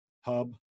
hub